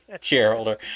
shareholder